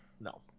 No